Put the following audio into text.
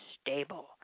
stable